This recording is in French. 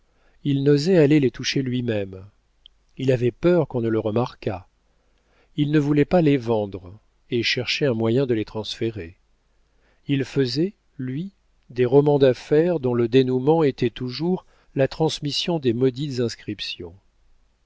il n'osait aller les toucher lui-même il avait peur qu'on ne le remarquât il ne voulait pas les vendre et cherchait un moyen de les transférer il faisait lui des romans d'affaires dont le dénoûment était toujours la transmission des maudites inscriptions